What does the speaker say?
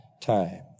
time